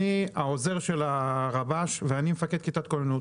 אני עוזר של הרב"ש ואני מפקד כיתת כוננות,